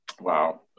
Wow